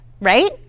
Right